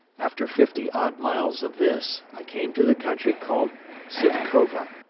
after fifty odd miles of this i came to the country called sifkova,